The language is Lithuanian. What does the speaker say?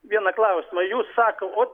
vieną klausimą jūs sako o